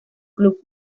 club